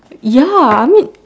ya I mean